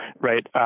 right